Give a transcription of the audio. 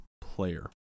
player